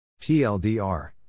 TLDR